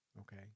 okay